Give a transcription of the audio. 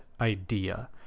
idea